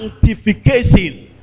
sanctification